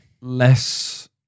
less